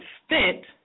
extent